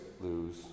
lose